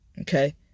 Okay